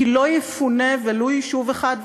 כי לא יפונה ולו יישוב אחד,